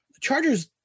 Chargers